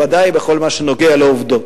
בוודאי בכל מה שנוגע לעובדות.